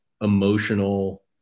emotional